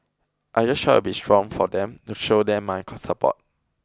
I just try to be strong for them to show them my support